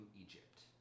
Egypt